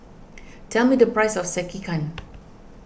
tell me the price of Sekihan